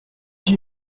huit